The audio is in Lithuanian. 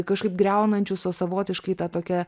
kažkaip griaunančius o savotiškai tą tokią